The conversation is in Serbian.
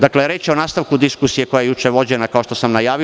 Dakle, reč je o nastavku diskusije koja je juče vođena, kao što sam najavio.